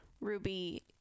Ruby